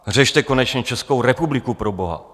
Řešte konečně Českou republiku proboha!